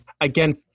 again